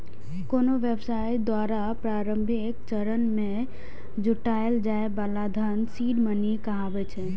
कोनो व्यवसाय द्वारा प्रारंभिक चरण मे जुटायल जाए बला धन सीड मनी कहाबै छै